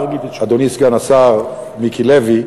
אדוני סגן השר מיקי לוי,